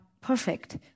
perfect